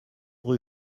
rue